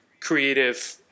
creative